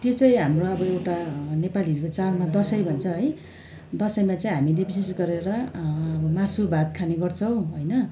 त्यो चाहिँ हाम्रो अब एउटा नेपालीहरूको चाडमा चाहिँ दसैँ भन्छ है दसैँमा चाहिँ हामीले विशेष गरेर मासु भात खाने गर्छौँ होइन